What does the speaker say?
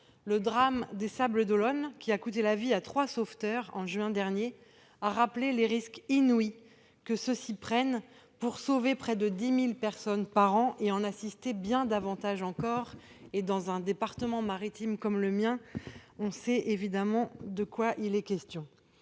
Le drame des Sables-d'Olonne, qui a coûté la vie à trois sauveteurs en juin dernier, a rappelé les risques inouïs que ceux-ci prennent pour sauver près de 10 000 personnes par an et en assister bien davantage encore. Dans un département maritime comme le mien, on sait ce que cela signifie.